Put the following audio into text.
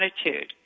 attitude